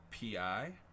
PI